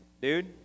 Dude